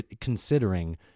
considering